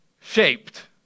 shaped